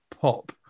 pop